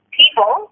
people